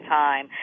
time